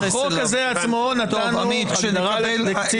בחוק הזה עצמו נתנו הגדרה לקצין משטרה.